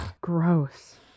Gross